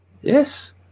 yes